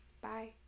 Bye